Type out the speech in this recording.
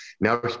Now